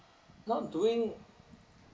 not doing